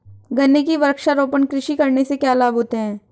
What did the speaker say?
गन्ने की वृक्षारोपण कृषि करने से क्या लाभ होते हैं?